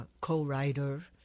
co-writer